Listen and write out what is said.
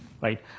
right